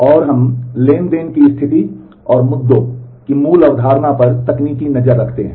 और हम ट्रांज़ैक्शन की स्थिति और मुद्दों के ट्रांज़ैक्शन की मूल अवधारणा पर तकनीकी नज़र रखते हैं